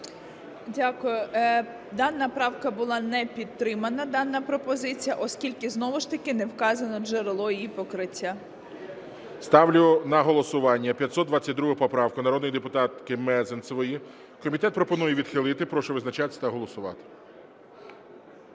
Дякую. Дана правка була не підтримана, дана пропозиція, оскільки знову ж таки не вказано джерело її покриття. ГОЛОВУЮЧИЙ. Ставлю на голосування 522 поправку народної депутатки Мезенцевої. Комітет пропонує відхилити. Прошу визначатись та голосувати.